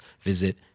visit